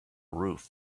roof